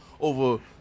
over